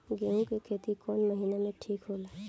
गेहूं के खेती कौन महीना में ठीक होला?